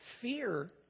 fear